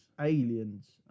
Aliens